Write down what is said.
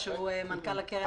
מנכ"ל הקרן,